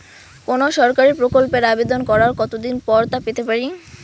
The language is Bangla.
কোনো সরকারি প্রকল্পের আবেদন করার কত দিন পর তা পেতে পারি?